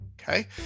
Okay